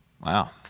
Wow